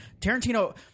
Tarantino